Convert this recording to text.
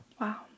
Wow